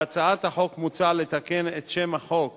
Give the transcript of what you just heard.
בהצעת החוק מוצע לתקן את שם החוק